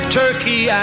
turkey